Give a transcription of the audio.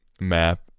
map